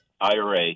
ira